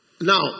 Now